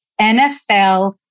NFL